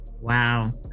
wow